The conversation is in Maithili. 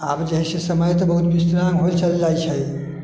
आब जैसे समय तऽ बहुत विकराल होइत चलि जाइत छै